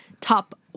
Top